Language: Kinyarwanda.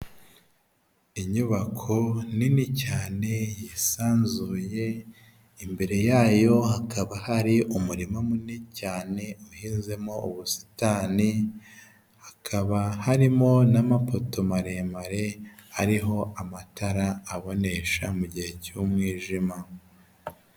Inyubako nini cyane yisanzuye, imbere yayo hakaba hari umurima munini cyane uhinzemo ubusitani, hakaba harimo n'amapoto maremare ariho amatara abonesha mu gihe cy'umwijima.